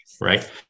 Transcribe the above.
right